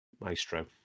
maestro